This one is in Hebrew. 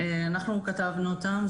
אנחנו כתבנו אותן.